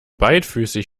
beidfüßig